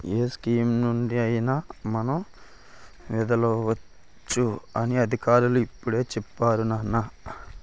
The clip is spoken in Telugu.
ఏ స్కీమునుండి అయినా మనం వైదొలగవచ్చు అని అధికారులు ఇప్పుడే చెప్పేరు నాన్నా